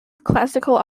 classical